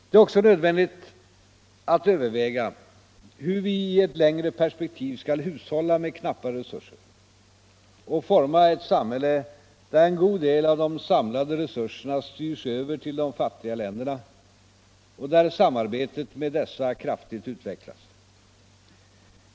Det är också nödvändigt att överväga hur vi i ett längre perspektiv skall hushålla med knappa resurser och forma ett samhälle där en god del av de samlade resurserna styrs över till de fattiga länderna och där samarbetet med dessa kraftigt utvecklas.